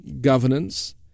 governance